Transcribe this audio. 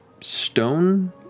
stone